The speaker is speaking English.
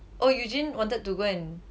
oh eugene wanted to go and